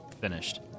finished